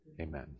Amen